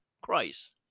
Christ